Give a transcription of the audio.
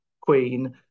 Queen